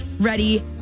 ready